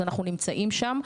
אז אנחנו נמצאים שם.